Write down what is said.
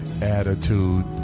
attitude